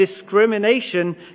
discrimination